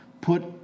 put